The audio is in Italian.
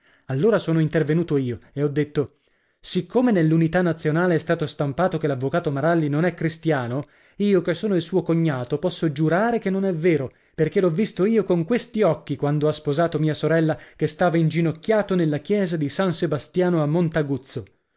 allora sono intervenuto io e ho detto siccome nell'unità nazionale è stato stampato che l'avvocato maralli non è cristiano io che sono il suo cognato posso giurare che non è vero perché l'ho visto io con questi occhi quando ha sposato mia sorella che stava inginocchiato nella chiesa di san sebastiano a